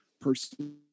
person